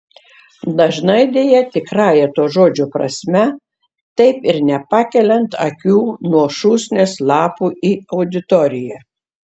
dažnai deja tikrąja to žodžio prasme taip ir nepakeliant akių nuo šūsnies lapų į auditoriją